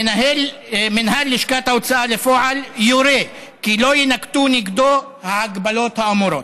מינהל לשכת ההוצאה לפועל יורה כי לא יינקטו נגדו ההגבלות האמורות.